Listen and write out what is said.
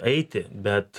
eiti bet